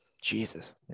Jesus